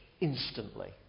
instantly